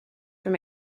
from